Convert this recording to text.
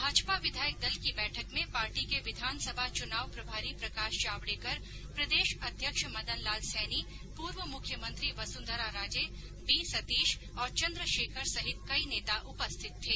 भाजपा विधायक दल की बैठक में पार्टी के विधानसभा चुनाव प्रभारी प्रकाश जावडेकर प्रदेश अध्यक्ष मदन लाल सैनी पूर्व मुख्यमंत्री वसुंधरा राजे बी सतीश और चन्द्रशेखर सहित कई नेता उपस्थित थे